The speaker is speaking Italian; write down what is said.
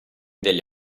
degli